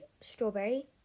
Strawberry